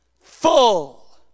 Full